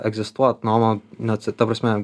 egzistuoti noma net ta prasme